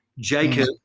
Jacob